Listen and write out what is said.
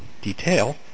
detail